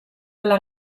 alla